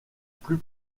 plus